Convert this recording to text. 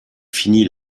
finit